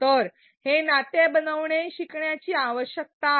तर शिकणाऱ्याने ही जोडणी करणे आवश्यक आहे